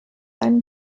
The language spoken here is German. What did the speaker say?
einen